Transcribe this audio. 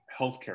healthcare